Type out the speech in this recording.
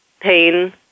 Pain